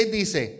dice